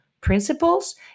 principles